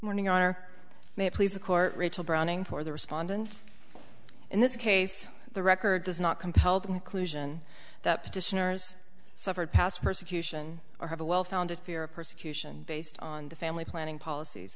morning are may please the court rachel browning for the respondent in this case the record does not compel them clues in that petitioners suffered past persecution or have a well founded fear of persecution based on the family planning policies